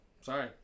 Sorry